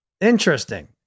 Interesting